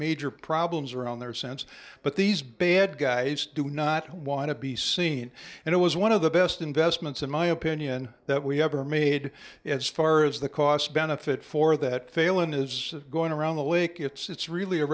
major problems around their sense but these bad guys do not want to be seen and it was one of the best investments in my opinion that we have ever made as far as the cost benefit for that failon is going around the lake it's really a